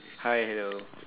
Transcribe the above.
hi hello